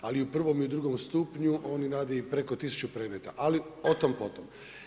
Ali u prvom i u drugom stupnju oni rade i preko 1000 predmeta, ali o tom potom.